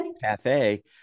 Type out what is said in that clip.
cafe